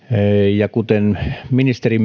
ja kuten ministeri